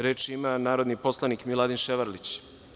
Reč ima narodni poslanik Miladin Ševarlić.